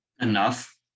enough